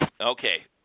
Okay